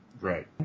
Right